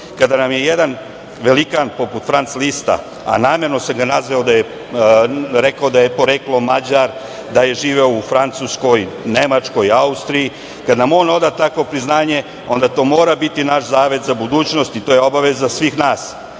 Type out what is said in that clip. nam je jedan velikan poput Franc Lista, a namerno sam rekao da je poreklom Mađar, da je živeo u Francuskoj, Nemačkoj, Austriji, kad nam on oda takvo priznanje, onda to mora biti naš zavet za budućnost i to je obaveza svih